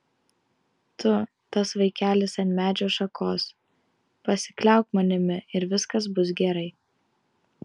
tu tas vaikelis ant medžio šakos pasikliauk manimi ir viskas bus gerai